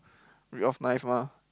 read off nice mah